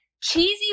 cheesy